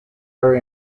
are